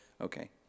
Okay